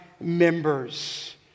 members